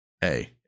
Hey